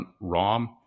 ROM